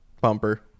bumper